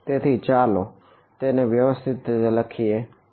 તેથી ચાલો તેને વ્યવસ્થીત રીતે લખીએ બરાબર